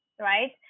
right